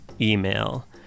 email